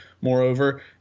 moreover